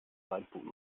zeitpunkt